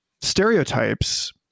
stereotypes